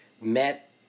met